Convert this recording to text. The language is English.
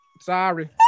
Sorry